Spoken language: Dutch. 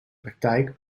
praktijk